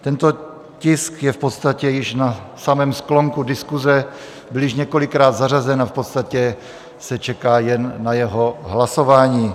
Tento tisk je v podstatě již na samém sklonku diskuse, byl již několikrát zařazen a v podstatě se čeká jen na jeho hlasování.